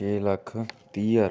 ਛੇ ਲੱਖ ਤੀਹ ਹਜ਼ਾਰ